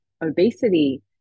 obesity